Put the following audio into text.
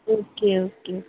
okay okay sir